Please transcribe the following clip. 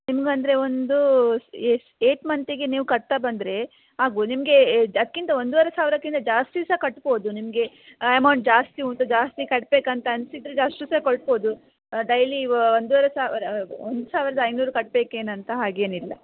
ನಿಮ್ಗೆ ಅಂದರೆ ಒಂದು ಏಯ್ಟ್ ಮಂತಿಗೆ ನೀವು ಕಟ್ತಾ ಬಂದ್ರೆ ಆಗ್ಬೋದು ನಿಮ್ಗೆ ಜ ಅದಕ್ಕಿಂತ ಒಂದುವರೆ ಸಾವಿರಕ್ಕಿಂತ ಜಾಸ್ತಿ ಸಹ ಕಟ್ಬೋದು ನಿಮಗೆ ಎಮೌಂಟ್ ಜಾಸ್ತಿ ಉಂಟು ಜಾಸ್ತಿ ಕಟ್ಟಬೇಕಂತ ಅನಿಸಿದ್ರೆ ಅಷ್ಟು ಸಹ ಕಟ್ಬೋದು ಡೈಲಿ ಒಂದುವರೆ ಸಾವಿರ ಒಂದು ಸಾವಿರ ಐನೂರು ಕಟ್ಟಬೇಕೇನಂತ ಹಾಗೇನಿಲ್ಲ